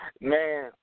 man